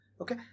Okay